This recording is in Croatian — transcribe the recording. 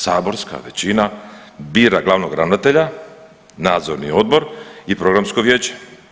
Saborska većina bira glavnog ravnatelja, nadzorni odbor i programsko vijeće.